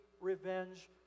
revenge